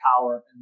power